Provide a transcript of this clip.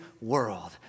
world